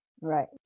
Right